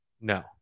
No